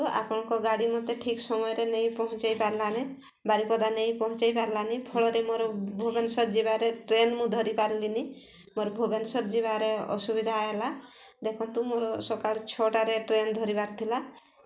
ଆପଣଙ୍କ ଗାଡ଼ି ମୋତେ ଠିକ୍ ସମୟରେ ନେଇ ପହଞ୍ଚାଇ ପାରିଲାନି ବାରିପଦା ନେଇ ପହଞ୍ଚାଇ ପାରିଲାନି ଫଳରେ ମୋର ଭୁବନେଶ୍ୱର ଯିବାରେ ଟ୍ରେନ୍ ମୁଁ ଧରିପାରିଲିନି ମୋର ଭୁବନେଶ୍ୱର ଯିବାରେ ଅସୁବିଧା ହେଲା ଦେଖନ୍ତୁ ମୋର ସକାଳ ଛଅଟାରେ ଟ୍ରେନ୍ ଧରିବାର ଥିଲା